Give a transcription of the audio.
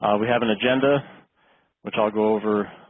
we have an agenda which i'll go over